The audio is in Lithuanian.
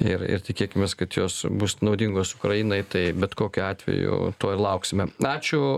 ir ir tikėkimės kad jos bus naudingos ukrainai tai bet kokiu atveju to ir lauksime ačiū